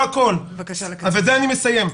ובזה אני מסיים.